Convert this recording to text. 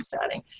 setting